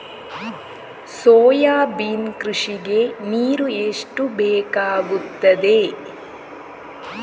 Soybean ಕೃಷಿಗೆ ನೀರು ಎಷ್ಟು ಬೇಕಾಗುತ್ತದೆ?